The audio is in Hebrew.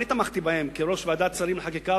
אני תמכתי בהם כראש ועדת שרים לחקיקה